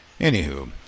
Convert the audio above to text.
anywho